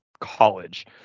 college